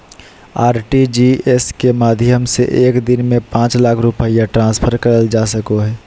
RTGS के माध्यम से एक दिन में पांच लाख रुपया ट्रांसफर करल जा सको हय